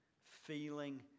feeling